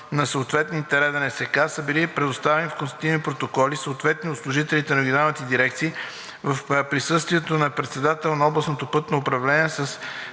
на съответните РДНСК са били предоставени констативни протоколи съответно от служителите на регионалните дирекции в присъствието на председателя на областното пътно управление с